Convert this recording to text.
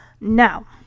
now